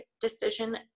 decision